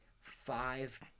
five